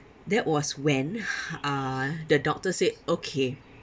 that was when uh the doctor said okay